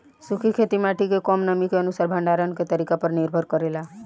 सूखी खेती माटी के कम नमी के अनुसार भंडारण के तरीका पर निर्भर करेला